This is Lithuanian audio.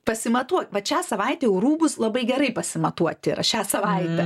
pasimatuot vat šią savaitę jau rūbus labai gerai pasimatuoti šią savaitę